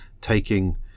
taking